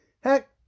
Heck